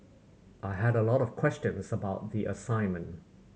I had a lot of questions about the assignment